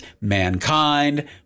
mankind